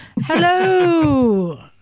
Hello